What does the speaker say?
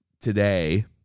today